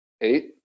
Eight